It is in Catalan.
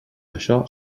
això